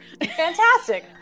Fantastic